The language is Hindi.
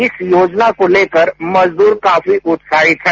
इस योजना को लेकर मजदूर काफी उत्साहित हैं